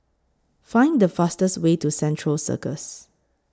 Find The fastest Way to Central Circus